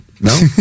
no